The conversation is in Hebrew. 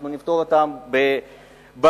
אנחנו נפתור אותן באחריות